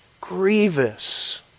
grievous